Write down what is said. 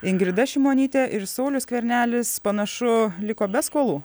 ingrida šimonytė ir saulius skvernelis panašu liko be skolų